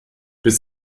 bis